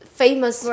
famous